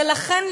ולכן,